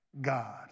God